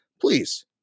please